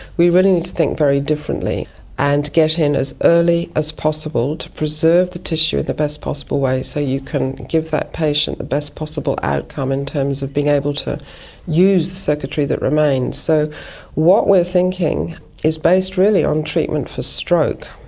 we really need to think very differently and get in as early as possible to preserve the tissue in the best possible way so you can give that patient the best possible outcome in terms of being able to use the circuitry that remains. so what we're thinking is based really on treatment for stroke.